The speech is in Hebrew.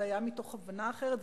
זה היה מתוך הבנה אחרת,